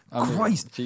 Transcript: Christ